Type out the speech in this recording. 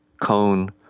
cone